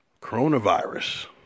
coronavirus